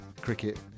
cricket